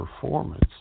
performance